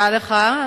תודה לך.